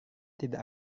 tidak